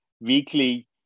weekly